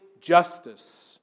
justice